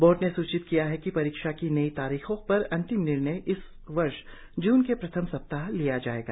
board ने सूचित किया है कि परीक्षा की नई तारीखों पर अंतिम निर्णय इस वर्ष जून के प्रथम सप्ताह तक लिया जाएगा